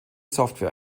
software